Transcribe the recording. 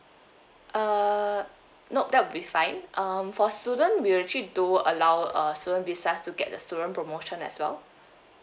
uh no that will be fine um for student we actually do allow uh student visas to get student promotion as well